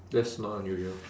that's not unusual